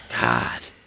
God